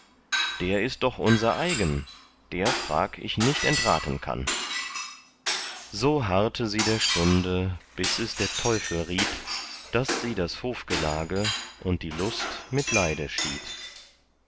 der ist doch unser eigen der frag ich nicht entraten kann so harrte sie der stunde bis es der teufel riet daß sie das hofgelage und die lust mit leide schied